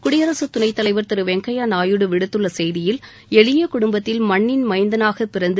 குடியரசு துணைத்தலைவர் திரு வெங்கையா நாயுடு விடுத்துள்ள செய்தியில் எளிய குடும்பத்தில் மண்ணின் மைந்தனாக பிறந்து